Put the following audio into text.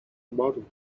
modelled